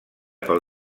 pel